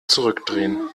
zurückdrehen